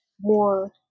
more